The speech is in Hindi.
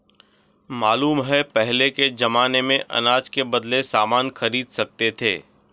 मालूम है पहले के जमाने में अनाज के बदले सामान खरीद सकते थे